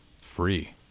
Free